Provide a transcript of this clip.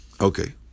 Okay